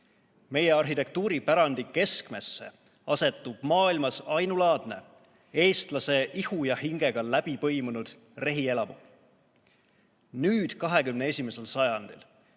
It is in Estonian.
Meie arhitektuuripärandi keskmesse asetub maailmas ainulaadne eestlase ihu ja hingega läbi põimunud rehielamu. Nüüd, 21. sajandil,